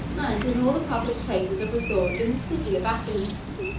and in all the public places of resort in the city of athens,